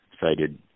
cited